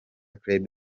club